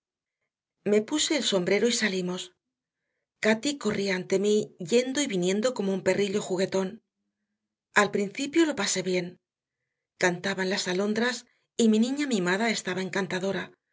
me puse el sombrero y salimos cati corría ante mí yendo y viniendo como un perrillo juguetón al principio lo pasé bien cantaban las alondras y mi niña mimada estaba encantadora